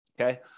okay